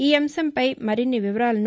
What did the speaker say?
ఈ అంశంపై మరిన్ని వివరాలను